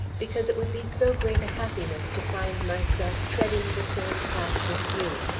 because it would be so great a happiness to find myself treading the same path with you.